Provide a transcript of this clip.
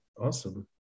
Awesome